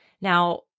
Now